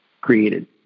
created